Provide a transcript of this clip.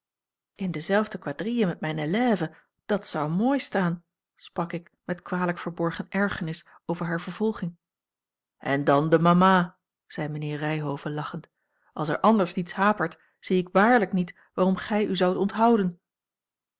in dezelfde quadrille met mijne élève dat zou mooi staan sprak ik met kwalijk verborgen ergernis over hare vervolging en dan de mama zei mijnheer ryhove lachend als er anders niets hapert zie ik waarlijk niet waarom gij u zoudt onthouden